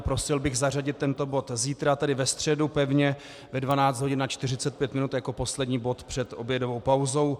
Prosil bych zařadit tento bod zítra, tedy ve středu, pevně ve 12 hodin a 45 minut jako poslední bod před obědovou pauzou.